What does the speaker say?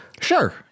Sure